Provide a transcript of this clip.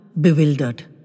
bewildered